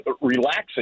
relaxing